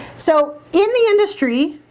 so in the industry